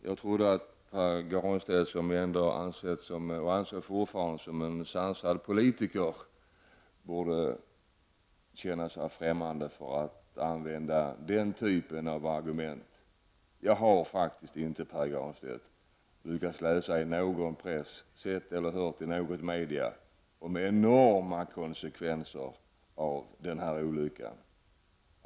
Jag trodde att Pär Granstedt, som anses vara en sansad politiker, skulle vara främmande för att använda den typen av argument. Jag har faktiskt inte, Pär Granstedt, i något av medierna lyckats finna uppgifter om sådana enorma konsekvenser av den här olyckan.